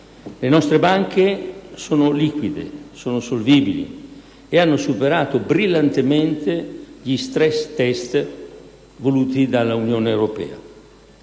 Le nostre banche sono liquide, sono solvibili ed hanno superato brillantemente gli *stress test* voluti dall'Unione Europea.